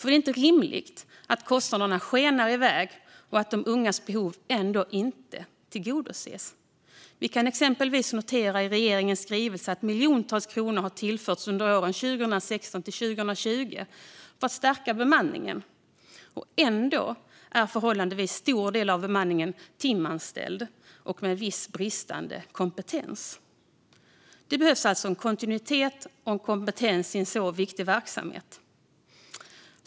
Det är inte rimligt att kostnaderna skenar iväg och att de ungas behov ändå inte tillgodoses. Vi kan exempelvis notera i regeringens skrivelse att miljontals kronor har tillförts under åren 2016-2020 för att stärka bemanningen. Ändå består en förhållandevis stor del av bemanningen av timanställda med vissa brister i kompetens. Det behövs kontinuitet och kompetens i en så viktig verksamhet.